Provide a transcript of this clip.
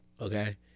Okay